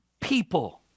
people